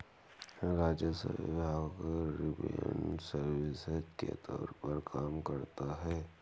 राजस्व विभाग revenue services के तौर पर काम करता है